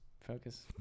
focus